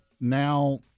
Now